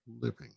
living